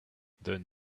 then